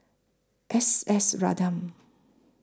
S S Ratnam